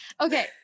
Okay